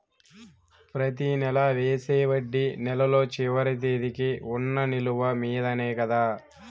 ప్రతి నెల వేసే వడ్డీ నెలలో చివరి తేదీకి వున్న నిలువ మీదనే కదా?